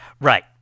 Right